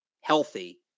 healthy